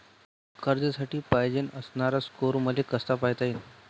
कर्जासाठी पायजेन असणारा स्कोर मले कसा पायता येईन?